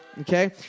Okay